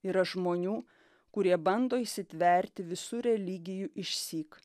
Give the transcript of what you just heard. yra žmonių kurie bando įsitverti visų religijų išsyk